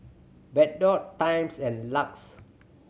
Bardot Times and LUX